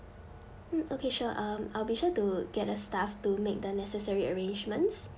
mm okay sure um I'll be sure to get a staff to make the necessary arrangements